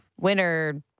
winner